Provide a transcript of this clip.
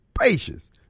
spacious